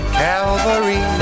calvary